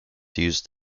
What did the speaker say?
used